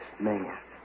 man